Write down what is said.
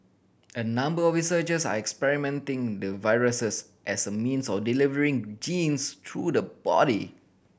a number researchers are experimenting the viruses as a means of delivering genes through the body